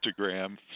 Instagram